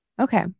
Okay